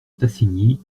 tassigny